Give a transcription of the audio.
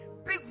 big